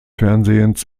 fernsehens